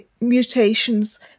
mutations